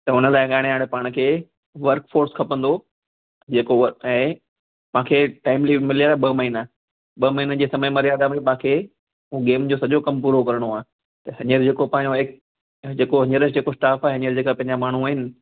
त उन लाइ घणे हाणे पाण खे वर्क फ़ोर्स खपंदो जेको वर्क आहे मूंखे टाईम मिलियल आहे ॿ महीना ॿ महीननि जे समए मर्यदा में मूंखे उहो गेम जो सॼो कमु पूरो करिणो आहे त हीअंर जेको पंहिंजो एक जेको हीअंर जेको स्टाफ़ आहे हीअंर जका पंहिंजा माण्हूं आहिनि